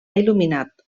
il·luminat